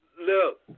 Look